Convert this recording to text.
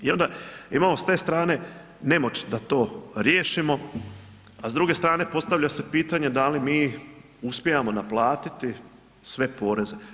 I onda imamo s te strane nemoć da to riješimo, a s druge strane postavlja se pitanje da li mi uspijevamo naplatiti sve poreze?